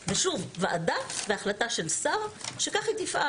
שוב, ועדה בהחלטה של שר שכך היא תפעל.